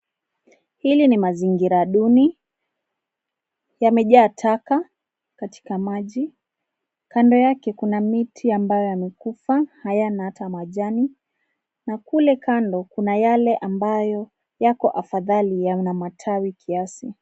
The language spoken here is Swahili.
Hii ni mazingira duni. Yamejaa taka katika maji. Kando yake kuna miti ambayo yamekufa, hayana hata majani na kule kando kuna yale ambayo yako afadhali - yana matawi kiasi.